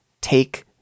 take